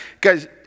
Guys